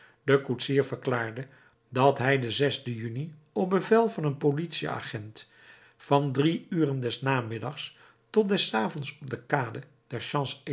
de koetsier verklaarde dat hij den juni op bevel van een politieagent van uren des namiddags tot des avonds op de kade